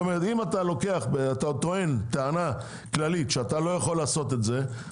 אם אתה טוען טענה כללית שאינך יכול לעשות את זה,